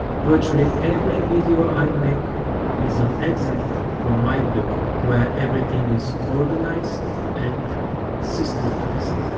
virtually every video i make is an excerpt from my book, where everything is organized and systematized.